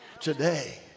today